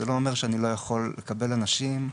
זה לא אומר שאני לא יכול לקבל אנשים,